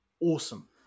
awesome